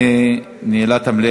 נתקבלה.